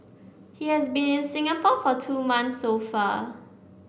he has been in Singapore for two months so far